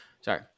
Sorry